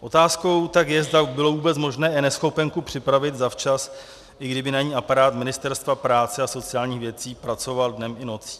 Otázkou tak je, zda bylo vůbec možné eNeschopenku připravit zavčas, i kdyby na ní aparát Ministerstva práce a sociálních věcí pracoval dnem i nocí.